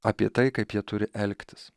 apie tai kaip jie turi elgtis